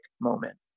moment